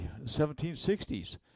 1760s